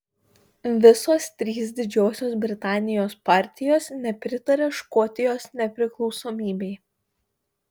visos trys didžiosios britanijos partijos nepritaria škotijos nepriklausomybei